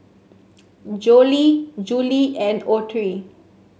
Jolie Julie and Autry